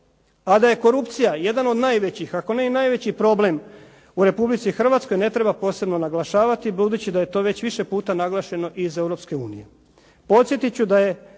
A da je korupcija jedan od najvećih, ako ne i najveći problem u Republici Hrvatskoj ne treba posebno naglašavati budući da je to već više puta naglašeno i iz Europske unije.